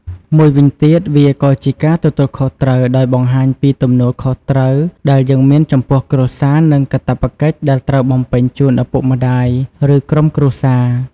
មួយវិញទៀតវាក៏ជាការទទួលខុសត្រូវ ដោយបង្ហាញពីទំនួលខុសត្រូវដែលយើងមានចំពោះគ្រួសារនិងការព្វកិច្ចដែលត្រូវបំពេញជូនឳពុកម្តាយឬក្រុមគ្រួសារ។